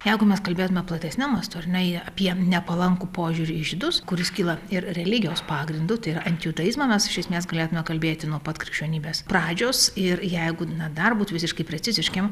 jeigu mes kalbėtume platesniu mastu ar ne jie apie nepalankų požiūrį į žydus kuris kyla ir religijos pagrindu tai yra antijudaizmą mes iš esmės galėtume kalbėti nuo pat krikščionybės pradžios ir jeigu na dar būt visiškai preciziškiem